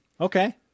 Okay